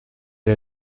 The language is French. est